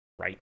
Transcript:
right